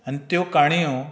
आनी त्यो काणयो